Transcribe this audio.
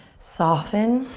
soften.